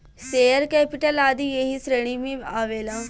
share capital आदी ऐही श्रेणी में आवेला